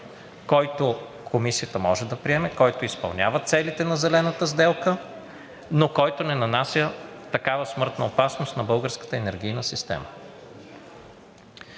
който Комисията може да приеме, който изпълнява целите на Зелената сделка, но който не нанася такава смъртна опасност на българската енергийна система.